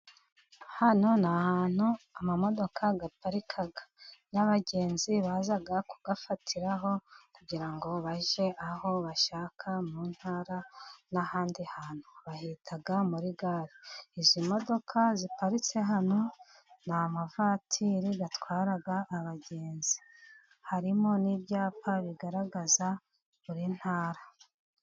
Hano ni ahantu amamodoka aparika. N'abagenzi baza kuyafatiraho, kugira ngo bajye aho bashaka mu ntara, n'ahandi hantu, bahita muri gare. Izi modoka ziparitse hano, ni amavatiri atwara abagenzi, harimo n'ibyapa bigaragaza buri ntara.